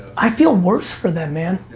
i feel worse for them, man.